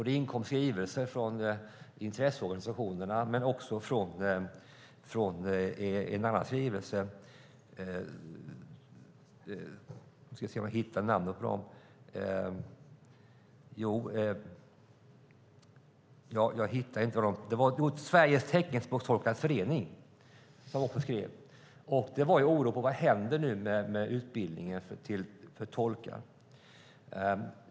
Det inkom skrivelser från intresseorganisationerna och från Sveriges teckenspråkstolkars förening. Man var orolig för vad som skulle hända med utbildningen av tolkar.